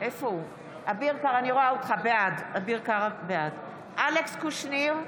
בעד אלכס קושניר,